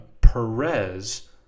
Perez